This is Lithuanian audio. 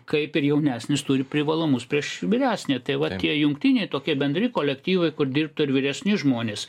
kaip ir jaunesnis turi privalumus prieš vyresnio tai va tie jungtiniai tokie bendri kolektyvai kur dirbtų ir vyresni žmonės